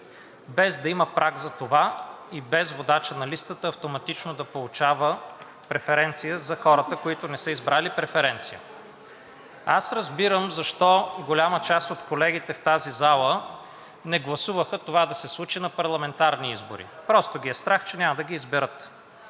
без да има праг за това и без водачът на листата автоматично да получава преференция за хората, които не са избрали преференция. Аз разбирам защо голяма част от колегите в тази зала не гласуваха това да се случи на парламентарни избори. Просто ги е страх, че няма да ги изберат